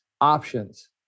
options